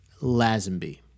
Lazenby